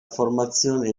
formazione